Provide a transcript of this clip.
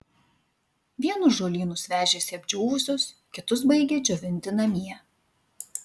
vienus žolynus vežėsi apdžiūvusius kitus baigė džiovinti namie